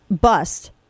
bust